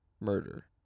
murder